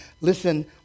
Listen